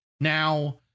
Now